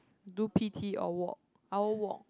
do p_t or walk I'll walk